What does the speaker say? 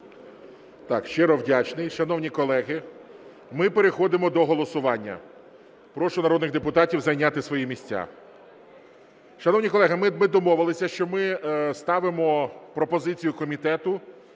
Щиро вдячний. Шановні колеги, ми переходимо до голосування. Прошу народних депутатів зайняти свої місця. Шановні колеги, ми домовилися, що ми ставимо пропозицію комітету